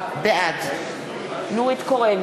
בעד נורית קורן,